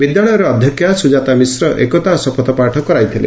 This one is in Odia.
ବିଦ୍ୟାଳୟର ଅଧ୍ଧକ୍ଷା ସୁଜାତା ମିଶ୍ର ଏକତା ଶପଥ ପାଠ କରାଇଥିଲେ